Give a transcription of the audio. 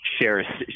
share